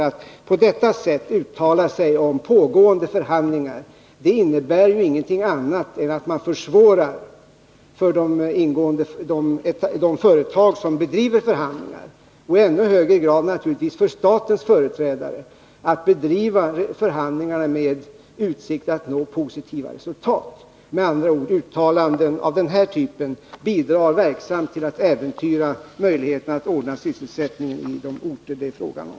Att på detta sätt uttala sig om pågående förhandlingar innebär ju ingenting annat än att man försvårar för de företag som bedriver förhandlingar — och i ännu högre grad naturligtvis för statens företrädare när det gäller att bedriva förhandlingar med utsikt att nå positiva resultat. Med andra ord: Uttalanden av den här typen bidrar verksamt till att äventyra möjligheterna att ordna sysselsättningen vid de orter det är fråga om.